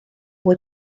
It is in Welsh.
fwy